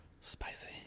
Spicy